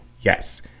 Yes